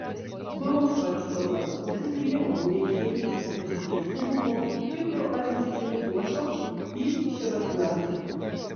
buvo svarstoma kokių priemonių reikia imtis po pasikėsinimo tikro ar inscenizuoto į ševardnadzę